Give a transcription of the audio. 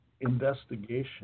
investigation